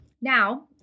Now